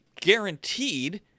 guaranteed